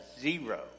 zero